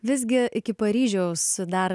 visgi iki paryžiaus dar